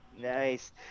Nice